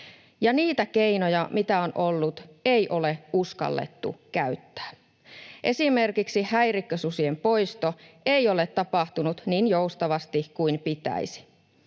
Ja niitä keinoja, mitä on ollut, ei ole uskallettu käyttää. Esimerkiksi häirikkösusien poisto ei ole tapahtunut niin joustavasti kuin pitäisi.